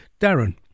Darren